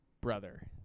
brother –